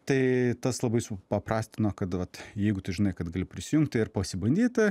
tai tas labai supaprastino kad vat jeigu žinai kad gali prisijungti ir pasibandyti